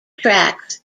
tracks